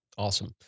Awesome